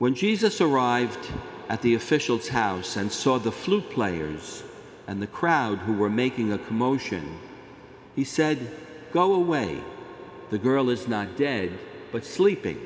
when jesus arrived at the officials house and saw the flue players and the crowd who were making a commotion he said go away the girl is not dead but sleeping